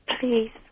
please